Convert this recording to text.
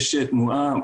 יש תנועה